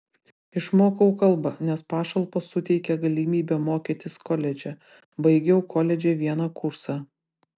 išmokau kalbą nes pašalpos suteikia galimybę mokytis koledže baigiau koledže vieną kursą